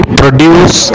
produce